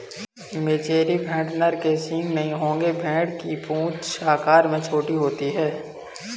मेचेरी भेड़ नर के सींग नहीं होंगे भेड़ की पूंछ आकार में छोटी होती है